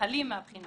חלים מהבחינה